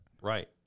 Right